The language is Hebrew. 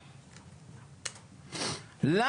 חברים,